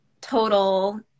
total